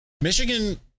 Michigan